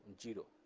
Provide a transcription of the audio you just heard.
zero.